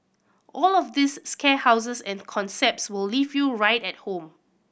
all of these scare houses and concepts will leave you right at home